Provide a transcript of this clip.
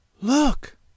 Look